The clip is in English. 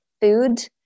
food